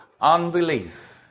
unbelief